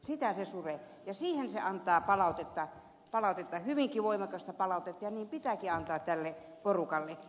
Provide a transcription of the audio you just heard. sitä se suree ja siihen se antaa palautetta hyvinkin voimakasta palautetta ja niin pitääkin antaa tälle porukalle